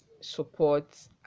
support